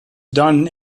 done